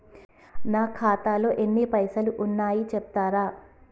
నా ఖాతాలో ఎన్ని పైసలు ఉన్నాయి చెప్తరా?